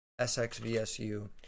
SXVSU